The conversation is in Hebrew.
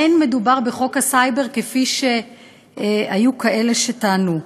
אין מדובר בחוק הסייבר, כפי שהיו כאלה שטענו.